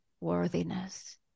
worthiness